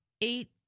eight